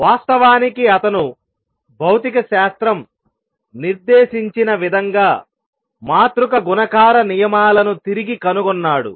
వాస్తవానికి అతను భౌతికశాస్త్రం నిర్దేశించిన విధంగా మాతృక గుణకార నియమాలను తిరిగి కనుగొన్నాడు